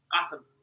Awesome